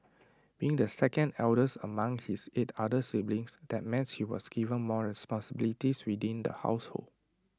being the second eldest among his eight other siblings that meant he was given more responsibilities within the household